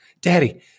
Daddy